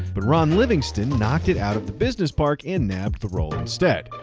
but ron livingston knocked it out of the business park and nabbed the role instead.